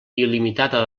il·limitada